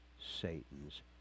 Satan's